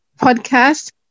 podcast